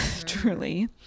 truly